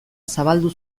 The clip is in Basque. zabaldu